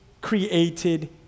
created